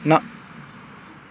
ਨਾ